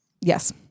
Yes